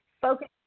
focus